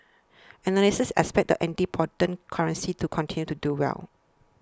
analysts expect the antipodean currencies to continue to do well